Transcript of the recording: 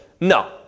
No